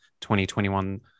2021